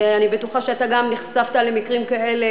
ואני בטוחה שגם אתה נחשפת למקרים כאלה,